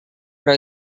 però